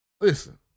listen